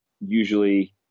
usually